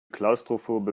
klaustrophobe